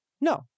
No